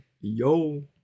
yo